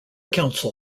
council